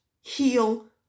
heal